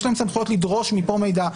יש להם סמכויות לדרוש מכאן מידע,